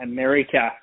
America